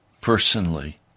personally